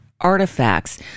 artifacts